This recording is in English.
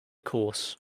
course